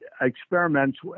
experiments